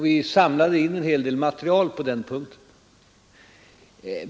Vi samlade in en hel del material.